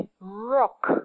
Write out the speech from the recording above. rock